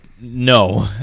No